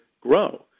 grow